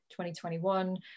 2021